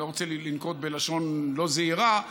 אני לא רוצה לנקוט לשון לא זהירה,